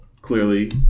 clearly